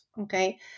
okay